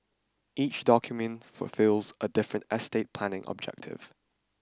each document fulfils a different estate planning objective